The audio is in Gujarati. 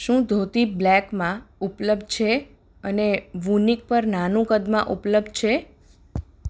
શું ધોતી બ્લેકમાં ઉપલબ્ધ છે અને વૂનિક પર નાનું કદમાં ઉપલબ્ધ છે